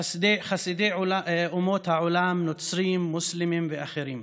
חסידי אומות העולם, נוצרים, מוסלמים ואחרים,